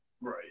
Right